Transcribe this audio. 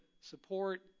support